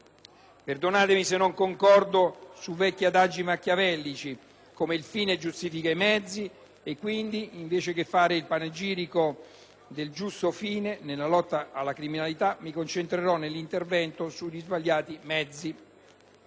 Perdonatemi se non concordo su vecchi adagi machiavellici come «il fine giustifica i mezzi» e, quindi, anziché fare un panegirico del giusto fine nella lotta alla criminalità, nell'intervento mi concentrerò sugli sbagliati mezzi,